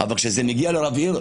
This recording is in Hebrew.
אבל כשזה מגיע לרב עיר,